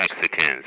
Mexicans